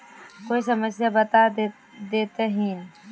कोई समस्या बता देतहिन?